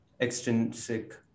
extrinsic